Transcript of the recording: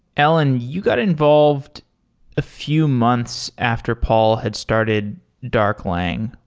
ellen, you got involved a few months after paul had started darklang.